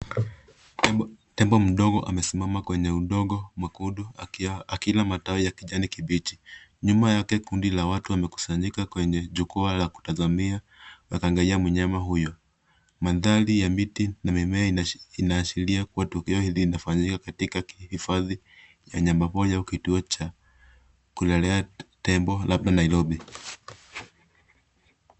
Tembo mdogo amesimama kwenye udongo mwekundu akila matawi ya kijani kibichi. Nyuma yake kundi la watu wamekusanyika kwenye jukwaa la kutazamia wakimwangalia mnyama huyo. Mandhari ya miti na mimea inaashiria kuwa tukio hili linafanyika katika hifadhi ya wanyamapori au kituo cha kulelea tembo, labda Nairobi.